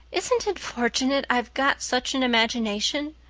isn't it fortunate i've got such an imagination?